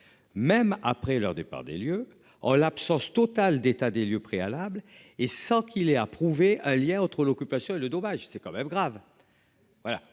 Même après leur départ des lieux en l'absence totale d'état des lieux préalable et sans qu'il ait à prouver un lien entre l'occupation et le dommage c'est quand même grave.